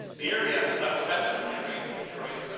the area i was i was born and raised in detroit.